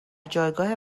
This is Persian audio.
جایگاه